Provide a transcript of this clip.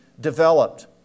developed